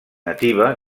nativa